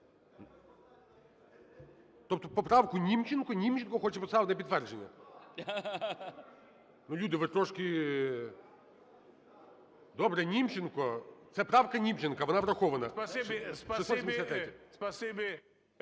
Тобто поправку Німченка Німченко хоче поставити на підтвердження? Ну, люди, ви трошки... Добре. Німченко, це правка Німченка, вона врахована, 673-я. 11:21:51